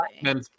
men